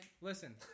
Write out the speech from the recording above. Listen